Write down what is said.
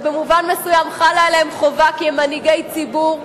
ובמובן מסוים חלה עליהם חובה כי הם מנהיגי ציבור,